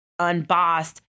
unbossed